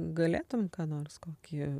galėtum ką nors kokį